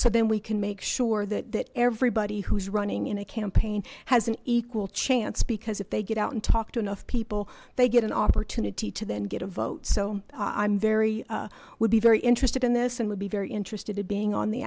so then we can make sure that that everybody who's running in a campaign has an equal chance because if they get out and talk to enough people they get an opportunity to then get a vote so i'm very would be very interested in this and would be very interested in being on the